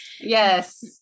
Yes